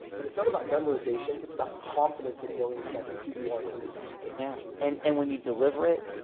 and it's not about memorization. it's about confidence in knowing exactly who you are and who you're not. yeah. and and when you deliver it,